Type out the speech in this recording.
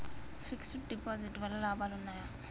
Fix డ్ deposit వల్ల లాభాలు ఉన్నాయి?